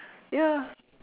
ya